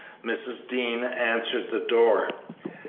mrs. dean answered the door.